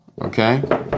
okay